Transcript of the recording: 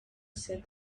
said